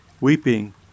Weeping